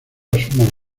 asumo